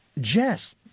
Jess